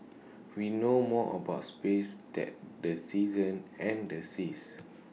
we know more about space than the seasons and the seas